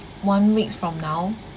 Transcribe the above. one week from now